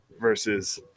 versus